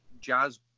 Jazz